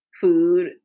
food